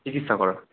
চিকিৎসা করার